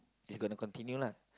it's gonna continue lah